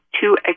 two